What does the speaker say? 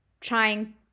trying